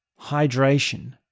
hydration